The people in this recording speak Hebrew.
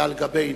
ועל גבנו.